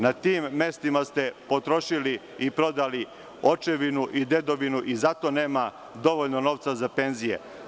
Na tim mestima ste potrošili i prodali očevinu i dedovinu i zato nema dovoljno novca za penzije.